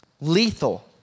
lethal